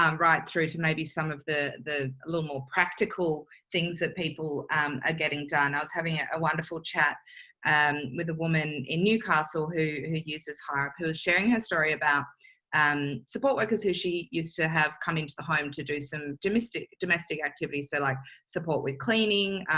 um right through to maybe some of the the little more practical things that people are um ah getting done. i was having a wonderful chat and with a woman in newcastle who uses hireup sharing his story about and support workers who she used to have come into the home to do some domestic domestic activities. so like support with cleaning,